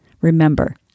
Remember